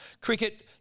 Cricket